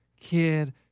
Kid